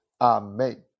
amen